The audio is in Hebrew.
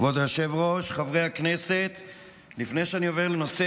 מה שיצא בסופו של דבר מהליך החקיקה זה לא הילד שפיללנו לו.